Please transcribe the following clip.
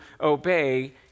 obey